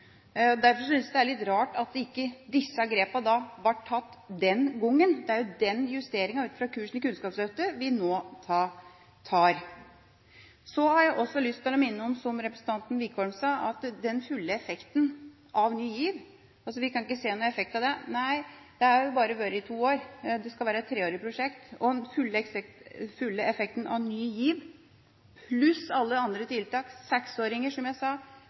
Derfor synes jeg det er litt rart at ikke disse grepene da ble tatt den gangen – det er justeringa ut fra kursen i Kunnskapsløftet vi nå foretar. Så har jeg også lyst til å minne om, som representanten Wickholm sa, at den fulle effekten av Ny GIV kan vi ikke se ennå. Det har bare vart i to år – det skal være et treårig prosjekt. Den fulle effekten av Ny GIV pluss alle andre tiltak, 6-åringer inn i skolen, som jeg sa,